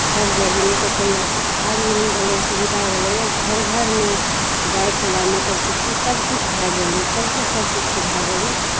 तब जाइ हियै नहि तऽ पहिले अथी आब एहन भेलै सुविधा होलैए घर घरमे बाइक या मोटरसाइकिल सभकिछु भए गेलै सभकेँ सभकिछुके भए गेलै